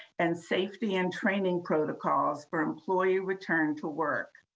and safety and training protocols, for employee return to work.